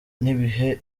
n’ibihe